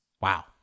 Wow